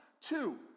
Two